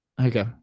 Okay